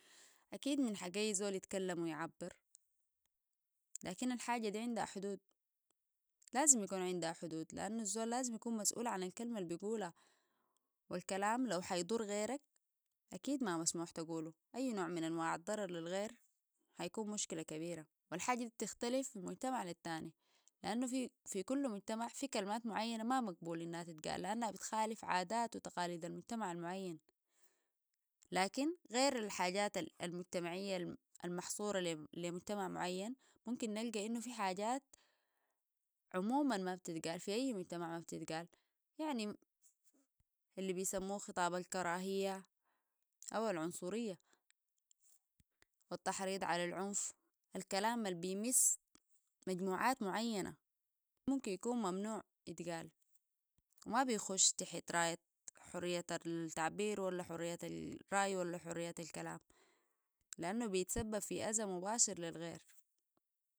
أكيد من حق أي زول يتكلم ويعبر لكن الحاجة دي عندها حدود لازم يكون عندها حدود لأن الزول لازم يكون مسؤول عن الكلمة اللي بيقولها والكلام لو حيضر غيرك أكيد ما مسموح تقولو أي نوع من انواع الضررر للغير هيكون مشكلة كبيرة والحاجة دي بتختلف من المجتمع للتاني لأنه في كل مجتمع فيه كلمات معينة ما مقبول إنها تتقال لأنها بتخالف عادات وتقاليد المجتمع المعين لكن غير الحاجات المجتمعية المحصورة لمجتمع معين ممكن نلقى انه في حاجات عموما ما بتتقال في اي مجتمع ما بتتقال يعني اللي بيسموه خطابة الكراهية او العنصرية التحريض على العنف الكلام اللي بيمس مجموعات معينة ممكن يكون ممنوع يتقال وما بيخش تحت رأيه حرية التعبير ولا حرية الرأي ولا حرية الكلام لانه بيتسبب في ازا مباشر للغير